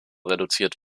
reduziert